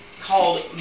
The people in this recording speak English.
called